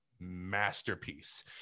masterpiece